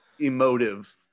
Emotive